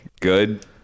good